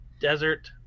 Desert